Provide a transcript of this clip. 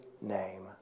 name